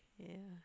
yeah